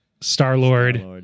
Star-Lord